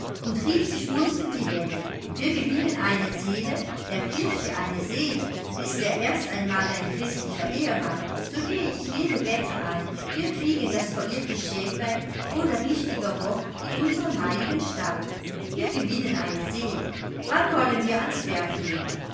und rieb sich schmunzelnd die hände wir gewinnen eine seele der kirche eine seele ist er erst einmal dein christlicher ehemann so gehe ich jede wette ein wir kriegen das verirrte schäflein oder richtiger bock in unseren heiligen stall wir gewinnen eine seele wann wollen wir ans werk gehen